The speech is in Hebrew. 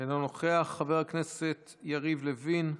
אינו נוכח, חבר הכנסת יריב לוין,